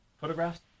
photographs